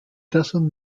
tassen